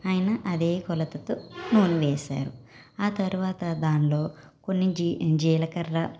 ఆయన అదే కొలతతో నూనె వేసారు ఆ తరువాత దానిలో కొన్ని జి జీలకర్ర